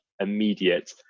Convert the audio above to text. immediate